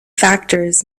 factors